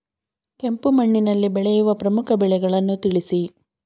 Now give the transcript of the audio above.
ಕೆಂಪು ಮಣ್ಣಿನಲ್ಲಿ ಬೆಳೆಯುವ ಪ್ರಮುಖ ಬೆಳೆಗಳನ್ನು ತಿಳಿಸಿ?